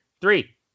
Three